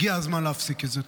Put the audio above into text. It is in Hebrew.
הגיע הזמן להפסיק את זה.